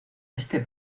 este